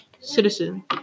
citizen